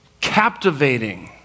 captivating